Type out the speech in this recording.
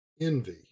envy